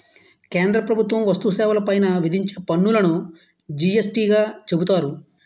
కేంద్ర ప్రభుత్వం వస్తు సేవల పైన విధించే పన్నులును జి యస్ టీ గా చెబుతారు